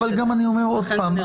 אבל גם אני אומר עוד פעם,